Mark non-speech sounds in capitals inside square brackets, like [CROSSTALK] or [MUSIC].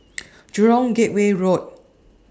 [NOISE] Jurong Gateway Road